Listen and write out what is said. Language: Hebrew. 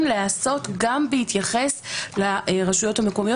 להיעשות גם בהתייחס לרשויות המקומיות.